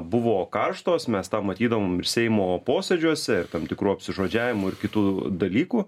buvo karštos mes tą matydavom ir seimo posėdžiuose ir tam tikrų apsižodžiavimų ir kitų dalykų